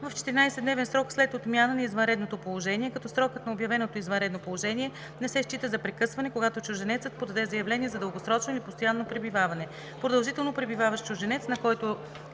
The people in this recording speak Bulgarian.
в 14-дневен срок след отмяна на извънредното положение, като срокът на обявеното извънредно положение не се счита за прекъсване, когато чужденецът подаде заявление за дългосрочно или постоянно пребиваване. Продължително пребиваващ чужденец, на който